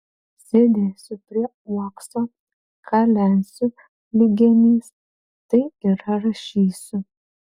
sėdėsiu prie uokso kalensiu lyg genys tai yra rašysiu